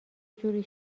جوری